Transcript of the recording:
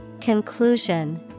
Conclusion